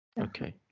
Okay